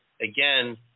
again